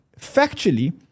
factually